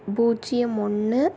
பூஜ்ஜியம் ஒன்று